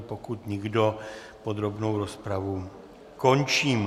Pokud nikdo, podrobnou rozpravu končím.